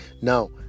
now